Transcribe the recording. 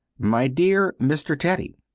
my dear mr. teddy,